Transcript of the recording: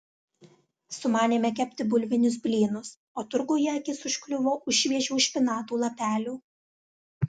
sumanėme kepti bulvinius blynus o turguje akis užkliuvo už šviežių špinatų lapelių